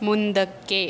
ಮುಂದಕ್ಕೆ